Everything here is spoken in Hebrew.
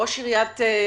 ראש עיריית הרצליה,